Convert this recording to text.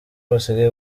basigaye